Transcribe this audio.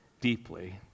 deeply